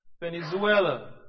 Venezuela